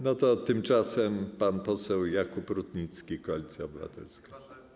No to tymczasem pan poseł Jakub Rutnicki, Koalicja Obywatelska.